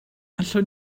allwn